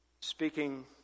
speaking